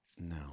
no